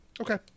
Okay